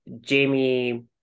Jamie